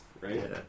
Right